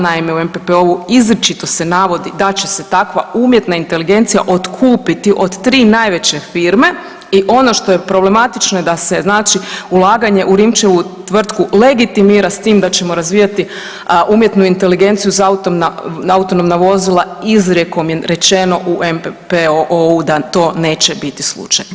Naime u NPPO-u izričito se navodi da će se takva umjetna inteligencija otkupiti od 3 najveće firme i ono što je problematično je da se znači ulaganje u Rimčevu tvrtku legitimira s tim da ćemo razvijati umjetnu inteligenciju za autonomna vozila izrijekom je rečeno u NPOO-u da to neće biti slučaj.